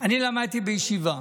אני למדתי בישיבה,